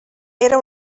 era